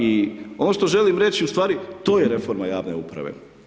I ono što želim reći ustvari, to je reforma javne uprave.